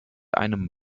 einem